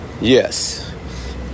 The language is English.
yes